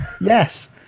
yes